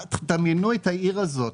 דמיינו את העיר הזו,